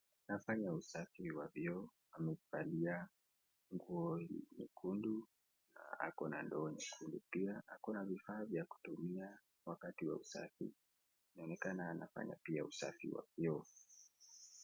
Anafanya usafi wa vyoo na amevalia nguo nyekundu na ako na ndoo chini pia ako na vifaa vya kutumia wakati wa usafi inaonekana anafanya pia usafi wa vyoo.